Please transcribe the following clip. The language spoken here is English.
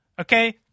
okay